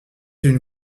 une